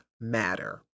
matter